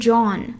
John